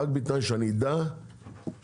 רק בתנאי שתהיה פה הצהרה,